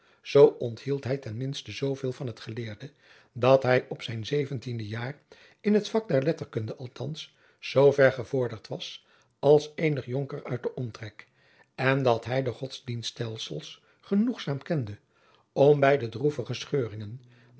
onthield hij ten minste zooveel van het geleerde dat hij op zijn zeventiende jaar in het vak der letterkunde althands zoover gevorderd was als eenig jacob van lennep de pleegzoon jonker uit den omtrek en dat hij de godsdienststelsels genoegzaam kende om bij de droevige